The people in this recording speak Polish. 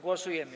Głosujemy.